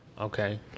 Okay